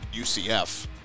UCF